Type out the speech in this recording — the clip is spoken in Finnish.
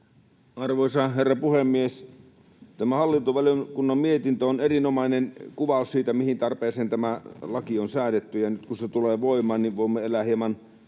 Arvoisa herra puhemies! Tämä hallintovaliokunnan mietintö on erinomainen kuvaus siitä, mihin tarpeeseen tämä laki on säädetty. Nyt kun se tulee voimaan, voimme elää hieman